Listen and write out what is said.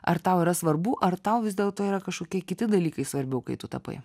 ar tau yra svarbu ar tau vis dėlto yra kažkokie kiti dalykai svarbiau kai tu tapai